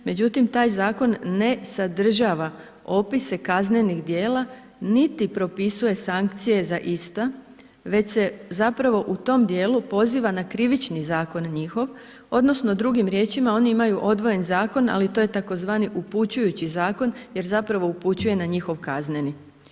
Međutim, taj Zakon ne sadržava opise kaznenih djela niti propisuje sankcije za ista, već se zapravo u tom dijelu poziva na krivični zakon njihov, odnosno drugim riječima oni imaju odvojen zakon, ali to je tzv. upućujući zakon jer zapravo upućuje na njihov kazneni.